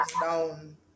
down